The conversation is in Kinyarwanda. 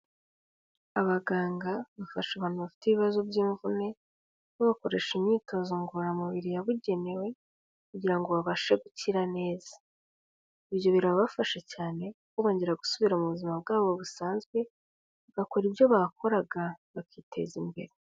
Abaganga bafasha abantu bafite ibibazo by'imvune, babakoresha imyitozo ngororamubiri yabugenewe kugira ngo babashe gukira neza, ibyo birabafasha cyane kuko bongera gusubira mu buzima bwabo busanzwe, bagakora ibyo bakoraga bakiteza imbere.